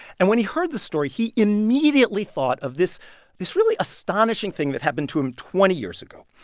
and when he heard the story, he immediately thought of this this really astonishing thing that happened to him twenty years ago.